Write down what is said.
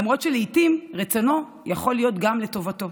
למרות שלעיתים רצונו יכול להיות גם לטובתו,